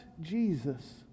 Jesus